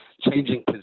changing